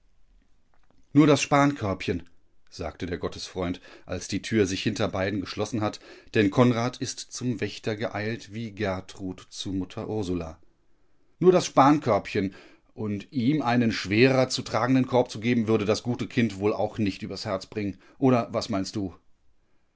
nur das spankörbchen sagt der gottesfreund als die tür sich hinter beiden geschlossen hat denn konrad ist zum wächter geeilt wie gertrud zu mutter ursula nur das spankörbchen und ihm einen schwerer zu tragenden korb zu geben würde das gute kind wohl auch nicht übers herz bringen oder was meinst du